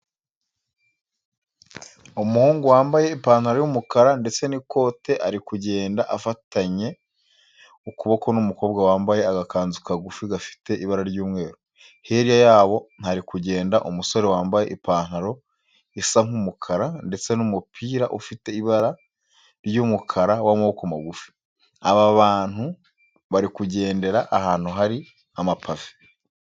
Umuhungu wambaye ipantaro y'umukara ndetse n'ikote ari kugenda afatanye ukuboko n'umukobwa wambaye agakanzu kagufi gafite ibara ry'umweru. Hirya yabo hari kugenda umusore wambaye ipantaro isa nk'umukara ndetse n'umupira ufite ibara ry'umukara w'amaboko magufi. Aba bantu bari kugendera ahantu hari amapave.